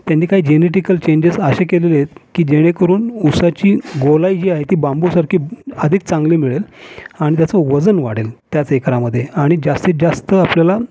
त्यांनी काही genetical changes असे केलेले आहेत की जेणेकरून उसाची गोलाई जी आहे ती बांबूसारखी अधिक चांगली मिळेल आणि त्याचं वजन वाढेल त्याच एकरामध्ये आणि जास्तीत जास्त आपल्याला